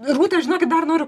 rūta žinokit dar noriu